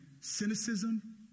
cynicism